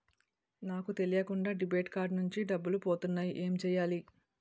నాకు తెలియకుండా debit card నుంచి డబ్బులు పోతున్నాయి ఎం చెయ్యాలి?